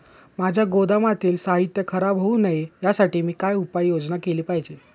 माझ्या गोदामातील साहित्य खराब होऊ नये यासाठी मी काय उपाय योजना केली पाहिजे?